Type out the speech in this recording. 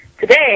today